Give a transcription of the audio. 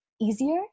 easier